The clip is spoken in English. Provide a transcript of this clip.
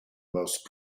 most